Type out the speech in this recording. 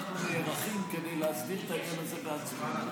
אנחנו נערכים כדי להסדיר את העניין הזה בעצמנו.